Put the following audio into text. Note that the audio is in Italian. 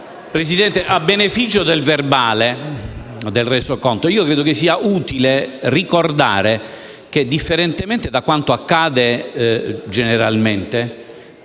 Presidente, a beneficio del Resoconto stenografico, credo sia utile ricordare che, differentemente da quanto accade generalmente,